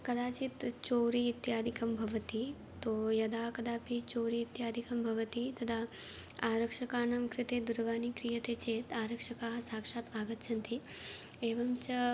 कदाचित् चोरि इत्यादिकं भवति तो यदा कदापि चोरि इत्यादिकं भवति तदा आरक्षकाणां कृते दूरवानि क्रियते चेत् आरक्षकाः साक्षात् आगच्छन्ति एवं च